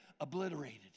obliterated